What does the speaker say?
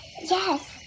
yes